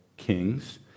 kings